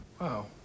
Wow